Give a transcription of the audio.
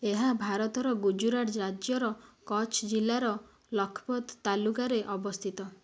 ଏହା ଭାରତର ଗୁଜୁରାଟ ରାଜ୍ୟର କଚ୍ଛ ଜିଲ୍ଲାର ଲଖ୍ପତ ତାଲୁକାରେ ଅବସ୍ଥିତ